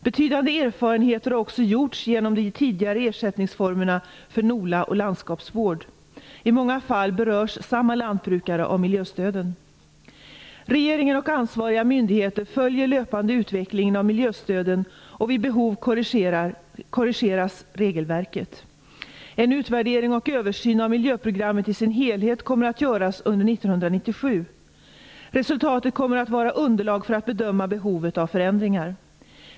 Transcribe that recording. Betydande erfarenheter har också gjorts genom de tidigare ersättningsformerna för NOLA och landskapsvård. I många fall berörs samma lantbrukare av miljöstöden. Regeringen och ansvariga myndigheter följer löpande utvecklingen av miljöstöden, och vid behov korrigeras regelverket. En utvärdering och översyn av miljöprogrammet i sin helhet kommer att göras under 1997. Resultatet kommer att vara underlag för att bedöma behovet av förändringar.